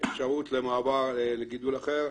אפשרות מעבר לגידול אחר,